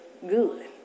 good